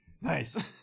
nice